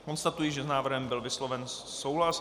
Konstatuji, že s návrhem byl vysloven souhlas.